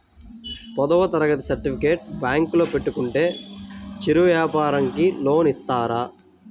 పదవ తరగతి సర్టిఫికేట్ బ్యాంకులో పెట్టుకుంటే చిరు వ్యాపారంకి లోన్ ఇస్తారా?